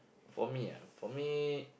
for me ah for me